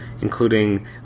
including